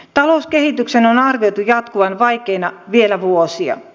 talouskehityksen on arvioitu jatkuvan vaikeana vielä vuosia